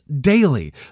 daily